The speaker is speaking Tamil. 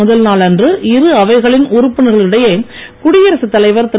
முதல் நாளன்று இரு அவைகளின் உறுப்பினர்களுக்கிடையே குடியரசு தலைவர் திரு